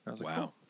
Wow